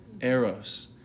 Eros